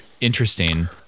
interesting